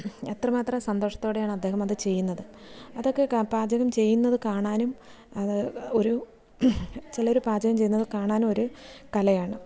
എത്ര മാത്രം സന്തോഷത്തോടെയാണ് അദ്ദേഹം അത് ചെയ്യുന്നത് അതൊക്കെ പാചകം ചെയ്യുന്നത് കാണാനും അത് ഒരു ചിലർ പാചകം ചെയ്യുന്നത് കാണാനും ഒരു കലയാണ്